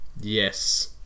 Yes